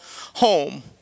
home